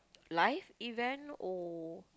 life event or